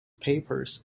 papers